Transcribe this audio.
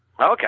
Okay